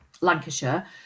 Lancashire